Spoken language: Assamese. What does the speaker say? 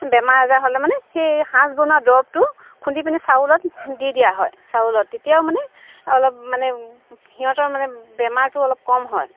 বেমাৰ আজাৰ হ'লে মানে সেই সাজ বনোৱা দৰৱটো খুন্দি পিনি চাউলত দি দিয়া হয় চাউলত তেতিয়াও মানে অলপ মানে সিহঁতৰ মানে বেমাৰটো অলপ কম হয়